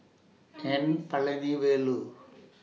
N Palanivelu